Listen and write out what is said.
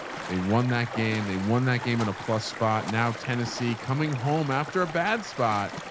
they won that game. they won that game and a plus spot. now, tennessee coming home after a bad spot,